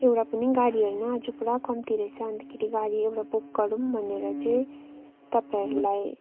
एउटा पनि गाडी होइन आज पूरा कम्ती रहेछ अन्तखेरि गाडी एउटा बुक गरौँ भनेर चाहिँ तपाईँहरूलाई